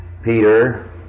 Peter